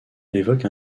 évoque